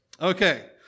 Okay